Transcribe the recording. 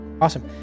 Awesome